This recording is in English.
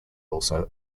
also